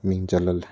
ꯃꯤꯡ ꯆꯜꯍꯜꯂꯦ